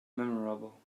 memorable